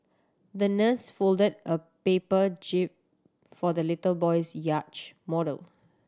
the nurse folded a paper jib for the little boy's model